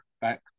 back